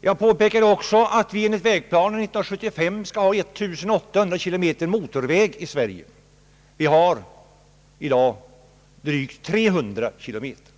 Jag påpekade också att vi enligt vägplanen skall ha 1800 kilometer motorväg i Sverige år 1975. Vi har i dag drygt 300 kilometer.